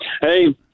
Hey